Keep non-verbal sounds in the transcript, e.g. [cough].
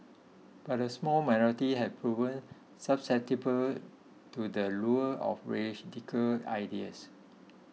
but a small [unintelligible] have proven susceptible to the lure of radical ideas